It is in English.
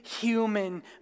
human